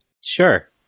Sure